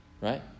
right